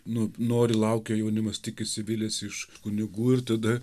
nu nori laukia jaunimas tikisi viliasi iš kunigų ir tada